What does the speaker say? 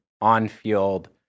on-field